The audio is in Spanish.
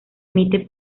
emite